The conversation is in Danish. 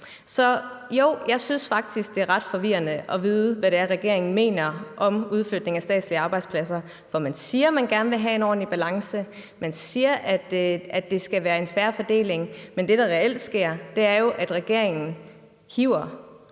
Så jo, jeg synes faktisk, at det, regeringen mener om udflytning af statslige arbejdspladser, er ret forvirrende. For man siger, at man gerne vil have en ordentlig balance. Man siger, at det skal være en fair fordeling. Men det, der reelt sker, er jo, at regeringen hiver